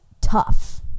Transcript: tough